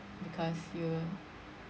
because you